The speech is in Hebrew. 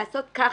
לעשות כך.